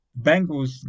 Bengals